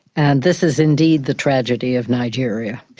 and this is indeed the tragedy of nigeria.